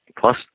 plus